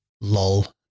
lull